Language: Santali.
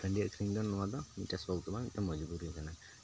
ᱦᱟᱺᱰᱤ ᱟᱠᱷᱨᱤᱧ ᱫᱚ ᱱᱚᱣᱟᱫᱚ ᱢᱤᱫᱴᱮᱱ ᱥᱚᱠ ᱫᱚ ᱵᱟᱝ ᱢᱚᱫᱴᱮᱱ ᱢᱚᱡᱽᱵᱩᱨᱤ ᱠᱟᱱᱟ